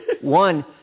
one